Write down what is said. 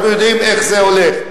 אנחנו יודעים איך זה הולך.